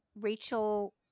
Rachel